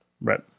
Right